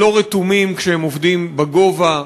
לא רתומים כשהם עובדים בגובה,